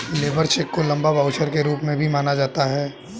labour cheque को labour voucher के रूप में भी जाना जाता है